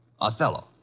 Othello